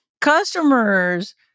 customers